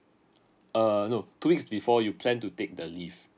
err no two weeks before you plan to take the leave